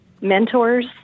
mentors